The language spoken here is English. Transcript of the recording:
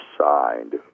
signed